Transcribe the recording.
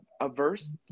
averse